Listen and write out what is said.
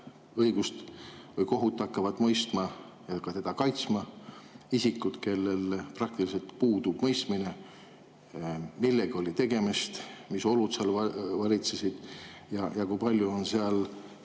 õigust või kohut hakkavad mõistma ja teda ka kaitsma isikud, kellel praktiliselt puudub mõistmine, millega oli tegemist, mis olud seal valitsesid ja kui palju oli